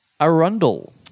Arundel